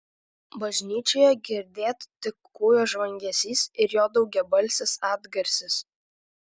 bažnyčioje girdėt tik kūjo žvangesys ir jo daugiabalsis atgarsis